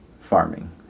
farming